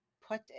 Put